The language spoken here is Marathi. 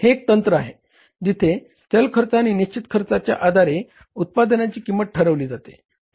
हे एक तंत्र आहे जिथे चल खर्च आणि निश्चित खर्चाच्या आधारे उत्पादनांची किंमत ठरविली जाते